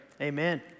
Amen